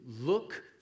look